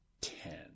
ten